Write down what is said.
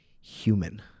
human